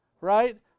right